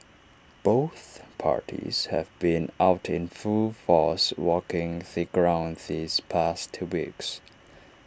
both parties have been out in full force walking the ground these past two weeks